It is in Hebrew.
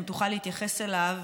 אם תוכל להתייחס אליו,